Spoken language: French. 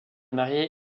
marié